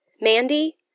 Mandy